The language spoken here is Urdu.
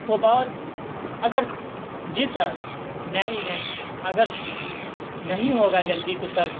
وہ بہت اگر جی سر نہیں نہیں اگر نہیں ہوگا جلدی تو سر